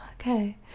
Okay